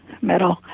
metal